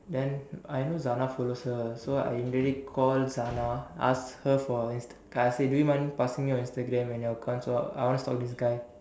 then I know Zana follows her so I immediately call Zana ask her for her Instagram I say do you mind passing me your Instagram and your account so I wanna stalk this guy